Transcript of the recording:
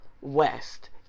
west